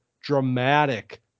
dramatic